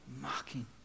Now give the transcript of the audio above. mocking